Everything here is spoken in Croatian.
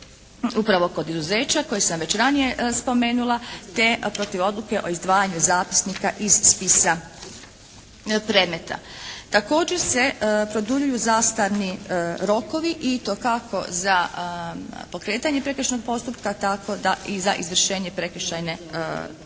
upravo kod izuzeća koje sam već ranije spomenula, gdje protiv odluke o izdvajanju zapisnika iz spisa predmeta. Također se produljuju zastarni rokovi i to kako za pokretanje prekršajnog postupka tako i za izvršenje prekršajne kazne,